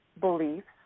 beliefs